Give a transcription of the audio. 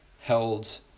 held